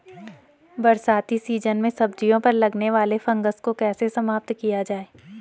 बरसाती सीजन में सब्जियों पर लगने वाले फंगस को कैसे समाप्त किया जाए?